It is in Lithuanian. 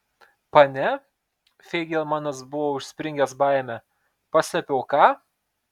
pane feigelmanas buvo užspringęs baime paslėpiau ką